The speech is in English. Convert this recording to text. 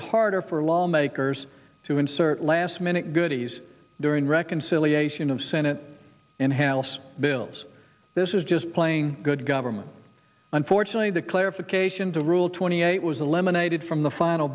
it harder for lawmakers to insert last minute goodies during reconciliation of senate and house bills this is just playing good government unfortunately the clarification to rule twenty eight was eliminated from the final